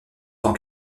tant